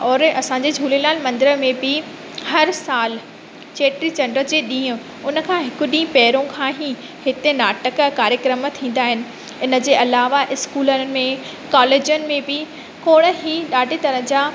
और असांजे झूलेलाल मंदर में बि हर साल चेटीचंड जे ॾींहुं उन खां हिकु ॾींहुं पहिरियों खां ई हिते नाटक कार्यक्रम थींदा आहिनि इन जे अलावा इस्कूलनि में कॉलेजनि में बि खोड़ ई ॾाढे तरह जा